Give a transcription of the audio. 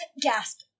gasp